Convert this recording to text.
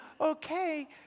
okay